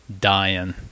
dying